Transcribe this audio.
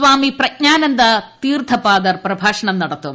സ്വാമി പ്രജ്ഞാനന്ദ തീർഥപാദർ പ്രഭാഷണം നടത്തും